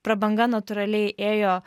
prabanga natūraliai ėjo